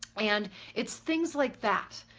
and it's things like that,